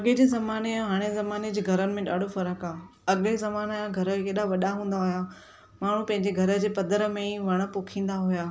अॻे जे ज़माने ऐं हाणे ज़माने जे घरनि में ॾाढो फ़र्क़ु आहे अॻे ज़माने जा घर केॾा वॾा हूंदा हुया माण्हू घर जे पधर में ई वणु पोखींदा हुया